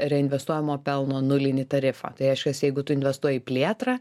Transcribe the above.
reinvestuojamo pelno nulinį tarifą tai reiškias jeigu tu investuoji į plėtrą